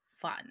fun